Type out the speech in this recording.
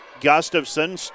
Gustafson